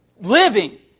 Living